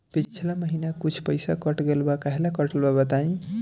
पिछला महीना कुछ पइसा कट गेल बा कहेला कटल बा बताईं?